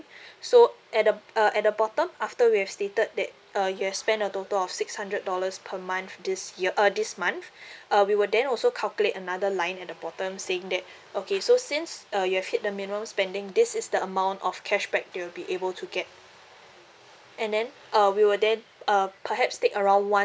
so at the uh at the bottom after we've stated that uh you've spent a total of six hundred dollars per month this year uh this month uh we will then also calculate another line at the bottom saying that okay so since uh you have hit the minimum spending this is the amount of cashback you'll be able to get and then uh we will then uh perhaps take around one